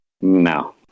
No